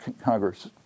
Congress